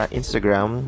Instagram